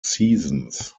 seasons